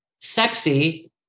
sexy